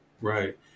Right